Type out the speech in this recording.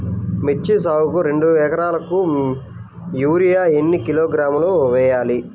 మిర్చి సాగుకు రెండు ఏకరాలకు యూరియా ఏన్ని కిలోగ్రాములు వేయాలి?